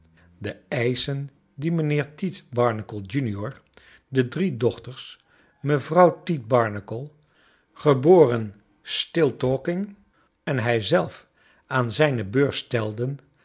de eischen die mijnbeer tite barnacle junior de drie dochters mevrouw tite barnacle geb stiltalking en hij zelf aan zijne beurs stelden